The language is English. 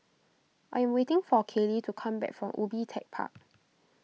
I am waiting for Kailee to come back from Ubi Tech Park